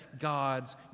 God's